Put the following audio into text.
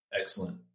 Excellent